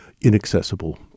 inaccessible